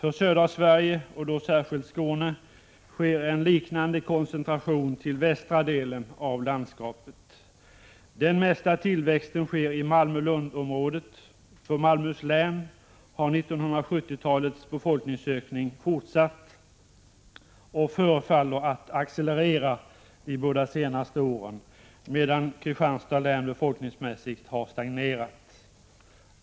I södra Sverige, och då särskilt i Skåne, sker en liknande koncentration till västra delen av landskapet. Den mesta tillväxten sker i Malmö-Lund-området. För Malmöhus län har 1970-talets befolkningsökning fortsatt och förefaller att ha accelererat under de båda senaste åren, medan Kristianstads län befolkningsmässigt har stagnerat.